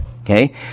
Okay